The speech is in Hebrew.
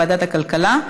לוועדת הכלכלה נתקבלה.